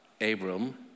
Abram